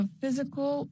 physical